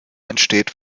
entsteht